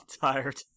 tired